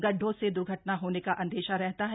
गड्ढों से द्र्घटना होने का अंदेशा रहता है